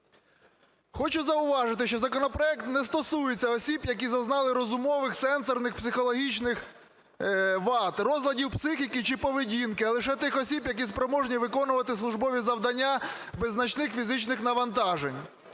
Хочу зауважити, що законопроект не стосується осіб, які зазнали розумових, сенсорних, психологічних вад, розладів психіки чи поведінки, а лише тих осіб, які спроможні виконувати службові завдання без значних фізичних навантажень.